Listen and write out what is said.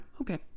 Okay